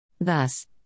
Thus